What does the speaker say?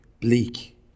bleak